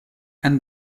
and